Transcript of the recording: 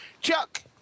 Chuck